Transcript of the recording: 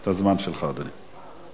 את הזמן שלך, אדוני.